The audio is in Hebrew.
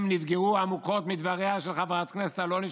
נפגעו עמוקות מדבריה של חברת כנסת אלוני,